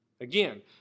Again